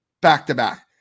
back-to-back